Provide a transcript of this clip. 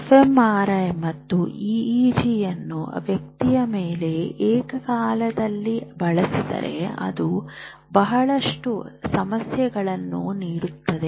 fMRI ಮತ್ತು ಇಇಜಿಯನ್ನು ವ್ಯಕ್ತಿಯ ಮೇಲೆ ಏಕಕಾಲದಲ್ಲಿ ಬಳಸಿದರೆ ಅದು ಬಹಳಷ್ಟು ಸಮಸ್ಯೆಗಳನ್ನು ನೀಡುತ್ತದೆ